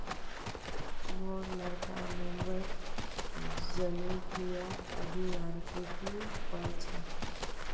मोर लड़का मुंबईत जनुकीय अभियांत्रिकी पढ़ छ